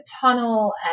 tunnel